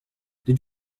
did